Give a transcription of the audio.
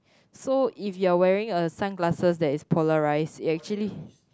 so if you're wearing a sunglasses that is polarized it actually